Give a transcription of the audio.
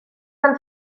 del